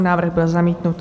Návrh byl zamítnut.